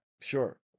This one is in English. Sure